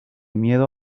miedo